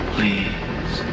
Please